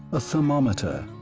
a thermometer,